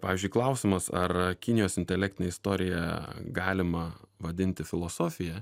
pavyzdžiui klausimas ar kinijos intelektinę istoriją galima vadinti filosofija